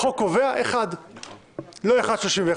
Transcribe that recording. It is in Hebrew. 1. לא 1.31,